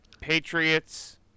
Patriots